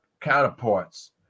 counterparts